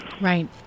Right